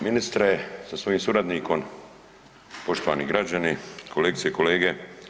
Ministre sa svojim suradnikom, poštovani građani, kolegice i kolege.